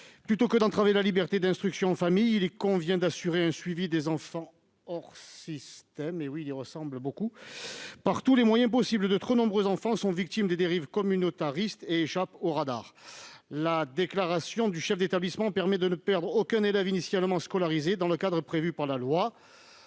Plutôt que d'entraver la liberté d'instruction en famille, il convient d'assurer un suivi des enfants hors système par tous les moyens possibles. De nombreux enfants sont victimes de dérives communautaristes et échappent aux radars. La déclaration du chef d'établissement permet de ne perdre aucun élève initialement scolarisé dans le cadre prévu par la loi.